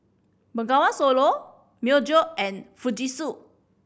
Bengawan Solo Myojo and Fujitsu